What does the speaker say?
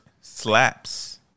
slaps